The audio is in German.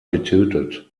getötet